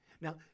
Now